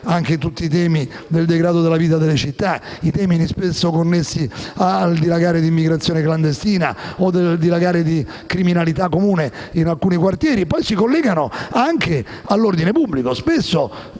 anche tutti i temi del degrado della vita nelle città, spesso connessi al dilagare dell'immigrazione clandestina o della criminalità comune, in alcuni quartieri si collegano anche all'ordine pubblico. Spesso